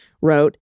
wrote